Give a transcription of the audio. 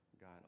God